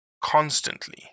constantly